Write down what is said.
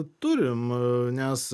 turim nes